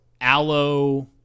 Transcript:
aloe